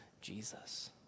Jesus